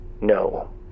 No